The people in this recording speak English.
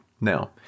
Now